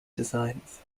designs